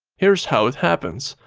here is how it happens.